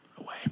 away